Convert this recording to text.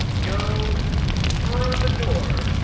go through the door.